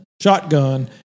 shotgun